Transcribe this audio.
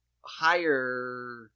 higher